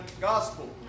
gospel